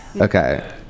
Okay